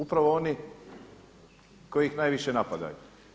Upravo oni koji ih najviše napadaju.